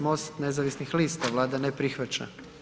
MOST nezavisnih lista, Vlada ne prihvaća.